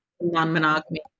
Non-monogamy